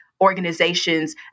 organizations